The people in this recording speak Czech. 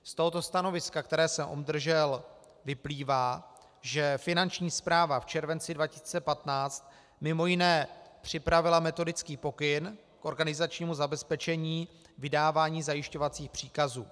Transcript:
Z tohoto stanoviska, které jsem obdržel, vyplývá, že Finanční správa v červenci 2015 mimo jiné připravila metodický pokyn k organizačnímu zabezpečení vydávání zajišťovacích příkazů.